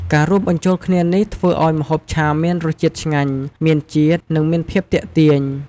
ការរួមបញ្ចូលគ្នានេះ ធ្វើឱ្យម្ហូបឆាមានរសជាតិឆ្ងាញ់ មានជាតិ និងមានភាពទាក់ទាញ។